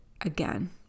again